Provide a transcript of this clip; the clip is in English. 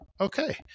okay